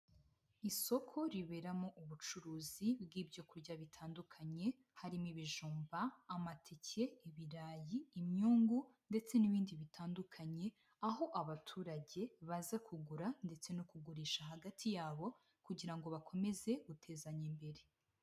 Isoko riberamo ubucuruzi bw'ibyo kurya bitandukanye, harimo ibijumba, amateke, ibirayi, imyungu ndetse n'ibindi bitandukanye, aho abaturage baza kugura ndetse no kugurisha hagati yabo, kugira ngo bakomeze gutezanya imbere.